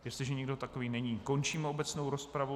Jestliže nikdo takový není, končím obecnou rozpravu.